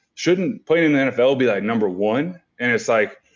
shouldn't playing in the nfl be like number one. and it's like,